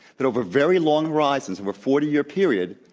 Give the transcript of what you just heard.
that over very long rises, over forty year period,